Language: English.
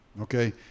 okay